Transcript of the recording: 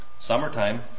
summertime